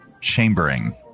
Chambering